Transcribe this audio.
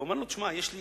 ואמר לו: יש לי